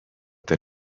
that